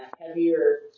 heavier